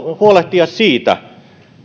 huolehtia siitä